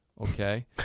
okay